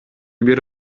бир